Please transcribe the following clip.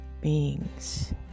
beings